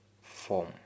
form